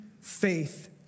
faith